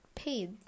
paid